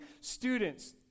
students